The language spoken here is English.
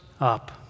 up